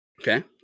Okay